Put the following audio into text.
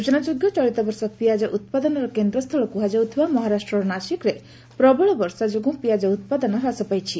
ସୂଚନାଯୋଗ୍ୟ ଚଳିତବର୍ଷ ପିଆଜ ଉପାଦନର କେନ୍ଦ୍ରସୁଳ କୁହାଯାଉଥିବା ମହାରାଷ୍ଟ୍ର ନାସିକ୍ରେ ପ୍ରବଳ ବର୍ଷା ଯୋଗୁଁ ପିଆଜ ଉପାଦନ ହ୍ରାସ ପାଇଛି